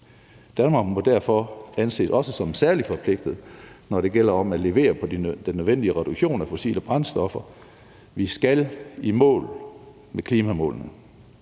Danmark må derfor også anses som særlig forpligtet, når det gælder om at levere på den nødvendige reduktion af fossile brændstoffer. For vi skal nå i mål med klimamålene.